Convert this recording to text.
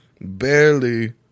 barely